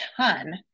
ton